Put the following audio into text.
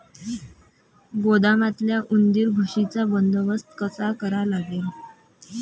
गोदामातल्या उंदीर, घुशीचा बंदोबस्त कसा करा लागन?